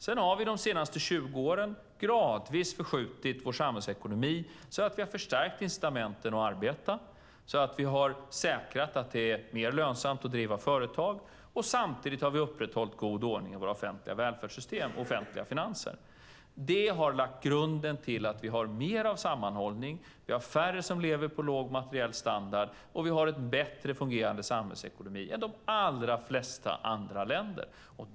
Sedan har vi de senaste 20 åren gradvis förskjutit vår samhällsekonomi så att vi har förstärkt incitamenten att arbeta och så att vi har säkrat att det är mer lönsamt att driva företag. Samtidigt har vi upprätthållit god ordning i våra offentliga välfärdssystem och offentliga finanser. Det har lagt grunden till att vi har mer av sammanhållning, vi har färre som lever på låg materiell standard och vi har en bättre fungerande samhällsekonomi än de allra flesta andra länder.